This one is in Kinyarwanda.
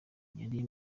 yari